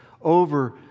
over